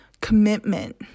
commitment